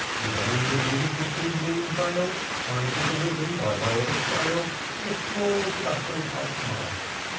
with only a beautiful pea-green veil tied with a ribbon, by way of a sail, to a small tobacco-pipe mast.